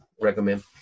recommend